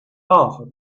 love